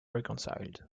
reconciled